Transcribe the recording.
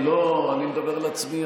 אני מדבר על עצמי,